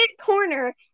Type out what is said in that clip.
corner